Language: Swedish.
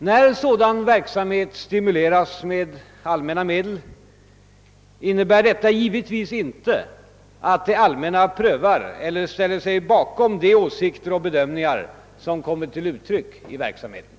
När sådan verksamhet stimuleras med allmänna medel innebär detta givetvis inte att det allmänna prövar eller ställer sig bakom de åsikter och bedömningar som kommer till uttryck i verksamheten.